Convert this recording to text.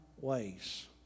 ways